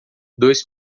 dois